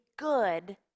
good